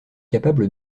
capable